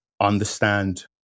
understand